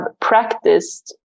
practiced